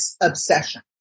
obsession